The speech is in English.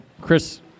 Chris